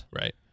Right